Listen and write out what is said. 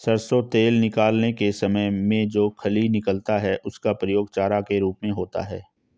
सरसों तेल निकालने के समय में जो खली निकलता है उसका प्रयोग चारा के रूप में होता है